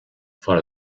fora